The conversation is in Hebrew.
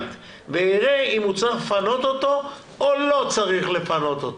ויראה אם הוא צריך לפנות או לא צריך לפנות אותו.